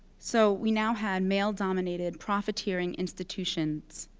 so we now had male-dominated, profiteering institutions